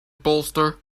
bolster